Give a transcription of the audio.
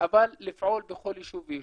אבל לפעול בכל יישוב ויישוב.